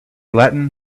latin